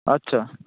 আচ্ছা